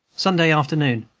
sunday afternoon.